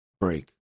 break